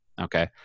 okay